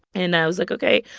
and i was like, ok,